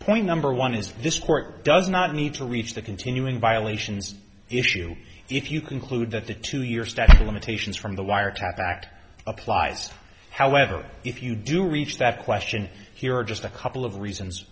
point number one is this court does not need to reach the continuing violations issue if you conclude that the two year statute of limitations from the wiretap act applies however if you do reach that question here are just a couple of reasons